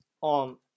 on